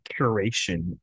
curation